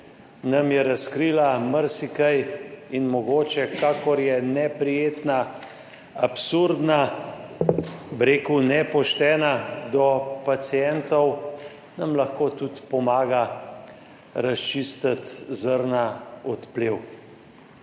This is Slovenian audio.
nam je razkrila marsikaj. In mogoče, kakor je neprijetna, absurdna nepoštena do pacientov, nam lahko tudi pomaga ločiti zrnje od plev.